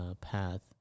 path